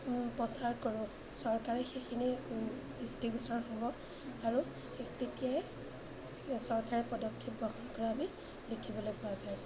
প্ৰচাৰ কৰোঁ চৰকাৰে সেইখিনি দৃষ্টিগোচৰ হ'ব আৰু এই তেতিয়াই চৰকাৰে পদক্ষেপ গ্ৰহণ কৰা আমি দেখিবলৈ পোৱা যায়